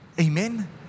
Amen